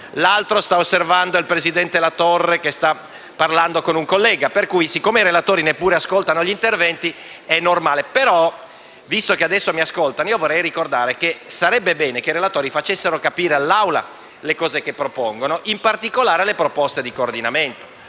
l'altro sta osservando il presidente Latorre che sta parlando con un collega, per cui, siccome i relatori neppure ascoltano gli interventi, è normale. *(Commenti del senatore Lumia)*. Bene, visto che adesso mi ascoltano, vorrei ricordare che sarebbe bene che i relatori facessero capire all'Assemblea le cose che propongono, in particolare le proposte di coordinamento.